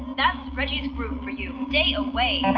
that's reggie's groove for you. stay away